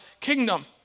kingdom